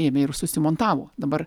ėmė ir susimontavo dabar